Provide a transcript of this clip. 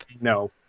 No